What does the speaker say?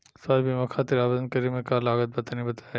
स्वास्थ्य बीमा खातिर आवेदन करे मे का का लागत बा तनि बताई?